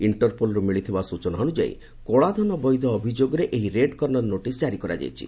ଇଣ୍ଟରପୋଲ୍ରୁ ମିଳିଥିବା ସ୍ଟଚନା ଅନ୍ୟାୟୀ କଳାଧନବୈଧ ଅଭିଯୋଗରେ ଏହି ରେଡ୍କର୍ଷର ନୋଟିସ୍ ଜାରି କରାଯାଇଛି